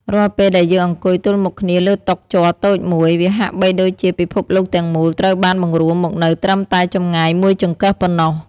រាល់ពេលដែលយើងអង្គុយទល់មុខគ្នាលើតុជ័រតូចមួយ វាហាក់បីដូចជាពិភពលោកទាំងមូលត្រូវបានបង្រួមមកនៅត្រឹមតែចម្ងាយមួយចង្កឹះប៉ុណ្ណោះ។